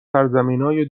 سرزمینای